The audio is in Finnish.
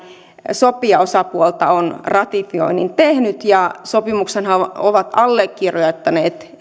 sopijaosapuolta on ratifioinnin tehnyt ja sopimuksenhan on allekirjoittanut